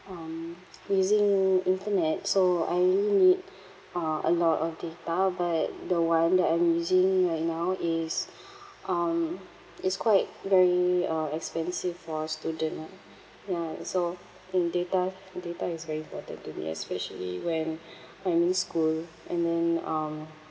um using internet so I really need uh a lot of data but the one that I'm using right now is um is quite very uh expensive for a student ah ya so and data data is very important to me especially when I miss school and then um